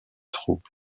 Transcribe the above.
trouble